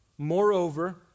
Moreover